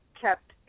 kept